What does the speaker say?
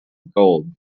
gold